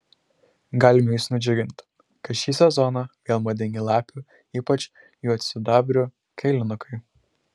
galime jus nudžiuginti kad šį sezoną vėl madingi lapių ypač juodsidabrių kailinukai